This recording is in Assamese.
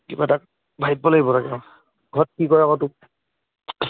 কিবা এটা ভাবিব লাগিব লাগে ঘৰত কি কৰে আকৌ তোক